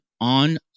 on